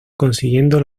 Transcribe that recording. consiguiendo